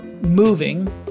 moving